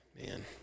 Man